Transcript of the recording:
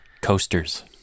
coasters